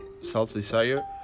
self-desire